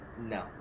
no